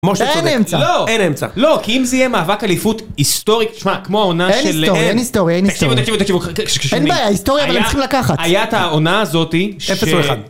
משה צודק. -אין אמצע. -לא, -אין אמצע -לא, כי אם זה יהיה מאבק אליפות היסטורי, תשמע, כמו העונה של... -אין היסטורי, אין היסטורי, אין היסטורי -תקשיבו, תקשיבו, תקשיבו -אין בעיה, היסטורי אבל הם צריכים לקחת. -היה את העונה הזאתי שהם -אפס או אחד